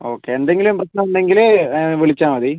okay എന്തെങ്കിലും പ്രശ്നമുണ്ടെങ്കിൽ വളിച്ചാൽ മതി